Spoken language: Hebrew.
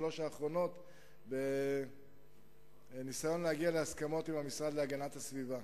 שלוש השנים האחרונות בניסיון להגיע להסכמות עם המשרד להגנת הסביבה.